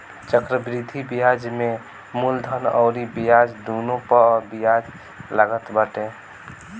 चक्रवृद्धि बियाज में मूलधन अउरी ब्याज दूनो पअ बियाज लागत बाटे